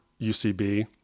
UCB